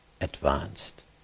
advanced